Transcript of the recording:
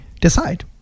decide